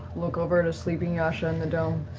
look over at a sleeping yasha in the dome.